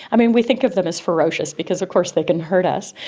i mean, we think of them as ferocious because of course they can hurt us,